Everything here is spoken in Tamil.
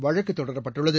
வழக்குத் தொடரப்பட்டுள்ளது